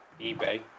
eBay